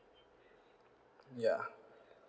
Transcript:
ya